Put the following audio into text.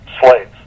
slaves